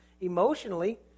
emotionally